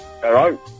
Hello